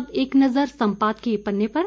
अब एक नजर सम्पादकीय पन्ने पर